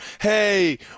hey